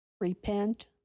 repent